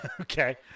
Okay